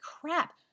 crap